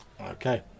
Okay